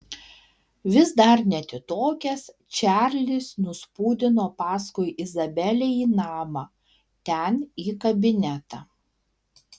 vis dar neatitokęs čarlis nuspūdino paskui izabelę į namą ten į kabinetą